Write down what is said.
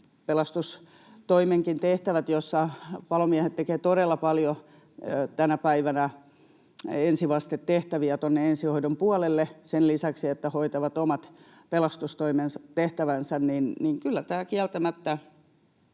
pelastustoimenkin tehtävät, joissa palomiehet tekevät todella paljon tänä päivänä ensivastetehtäviä tuonne ensihoidon puolelle sen lisäksi, että hoitavat omat pelastustoimen tehtävänsä... Kyllä tämä kieltämättä